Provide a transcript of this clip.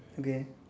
okay